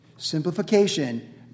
simplification